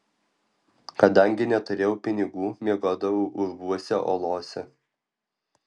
kadangi neturėjau pinigų miegodavau urvuose olose